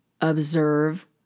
observe